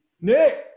Nick